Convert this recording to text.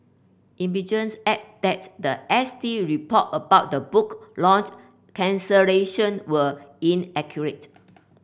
added that the S T report about the book launch cancellation were inaccurate